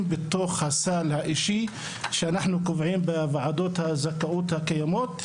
בתוך הסל האישי שאנחנו קובעים בוועדות הזכאות הקיימות.